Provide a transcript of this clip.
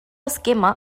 esquema